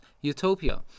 utopia